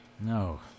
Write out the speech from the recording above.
No